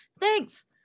Thanks